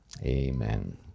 Amen